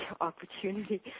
opportunity